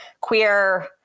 queer